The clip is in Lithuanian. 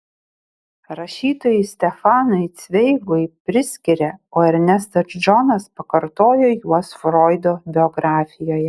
rašytojui stefanui cveigui priskiria o ernestas džonas pakartojo juos froido biografijoje